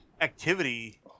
activity